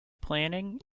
planning